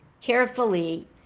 carefully